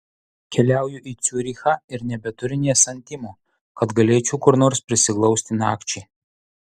keliauju į ciurichą ir nebeturiu nė santimo kad galėčiau kur nors prisiglausti nakčiai